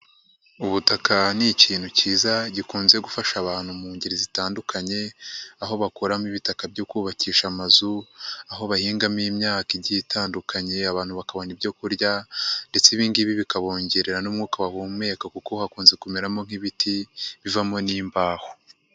Ubutaka ni ikintu kiza gikunze gufasha abantu mu ngeri zitandukanye, aho bakuramo ibitaka byo kubakisha amazu, aho bahingamo imyaka igiye itandukanye abantu bakabona ibyo kurya, ndetse ibi ngibi bikabongerera n'umwuka bahumeka kuko hakunze kumeramo nk'ibiti bivamo n'imbaho.